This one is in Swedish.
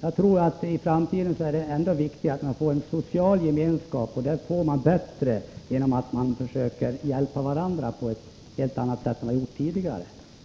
Jag tror att det i framtiden är ännu viktigare att man får en social gemenskap. Det får man bättre genom att vi försöker hjälpa varandra